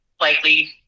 likely